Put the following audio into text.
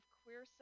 queer